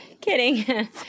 kidding